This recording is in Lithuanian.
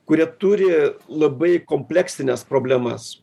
kurie turi labai kompleksines problemas